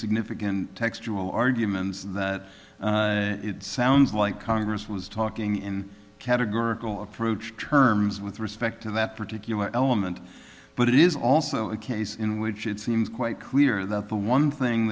significant textual arguments that sounds like congress was talking in categorical approach terms with respect to that particular element but it is also a case in which it seems quite clear that the one thing